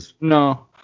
No